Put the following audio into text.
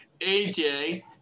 AJ